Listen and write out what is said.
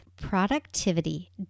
Productivity